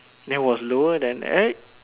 it was lower than eh